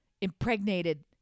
Impregnated